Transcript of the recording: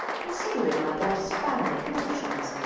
considering my daughter's family connections,